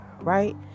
right